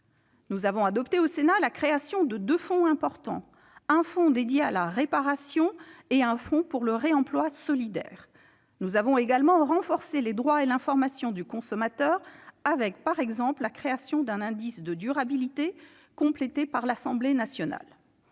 Sénat a adopté la création de deux fonds importants : un fonds dédié à la réparation et un fonds pour le réemploi solidaire. Nous avons également renforcé les droits et l'information du consommateur, avec, par exemple, la création d'un indice de durabilité, complété par l'Assemblée nationale.